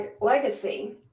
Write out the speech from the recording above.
Legacy